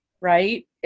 right